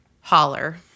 holler